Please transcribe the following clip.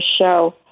show